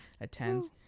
attends